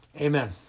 amen